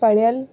पढ़ियलु